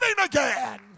again